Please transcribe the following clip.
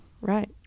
Right